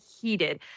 heated